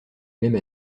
même